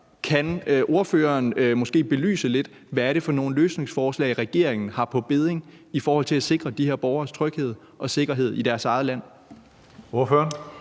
kan ordføreren måske belyse lidt, hvad det er for nogle løsningsforslag, regeringen har på bedding i forhold til at sikre de her borgeres tryghed og sikkerhed i deres eget land? Kl.